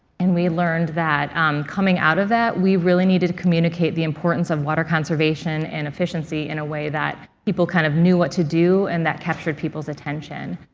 and we learned that coming out of that we really needed to communicate the importance of water conservation and efficiency in a way that people kind of knew what to do and that captured people's attention.